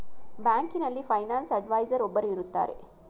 ಬ್ಯಾಂಕಿನಲ್ಲಿ finance adviser ಒಬ್ಬರು ಇರುತ್ತಾರೆ